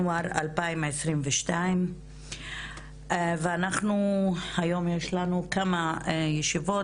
11.1.2022. היום יש לנו כמה ישיבות,